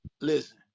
Listen